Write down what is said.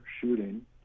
shooting